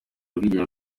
ubwigenge